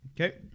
Okay